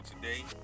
today